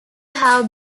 have